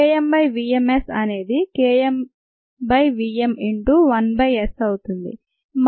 K m by v m S అనేది K m by v m into 1 by S అవుతుంది